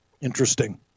Interesting